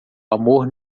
amor